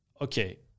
okay